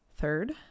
Third